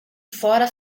fora